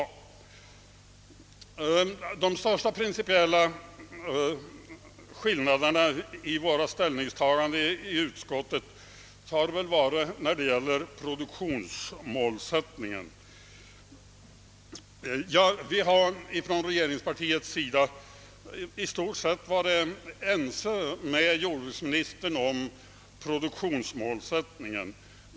De största principiella skillnaderna i våra ställningstaganden i utskottet har gällt produktionsmålsättningen, Från regeringspartiets sida har vi i stort sett varit överens med jordbruksministern om produktionsmålsättningen.